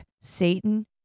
satan